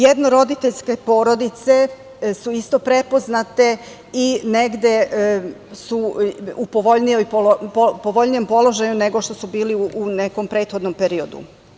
Jednoroditeljske porodice su isto prepoznate i negde su u povoljnijem položaju nego što su bili u nekom prethodnom periodu.